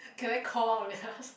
can I call out